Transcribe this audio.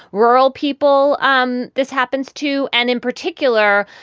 rural people. um this happens to and in particular,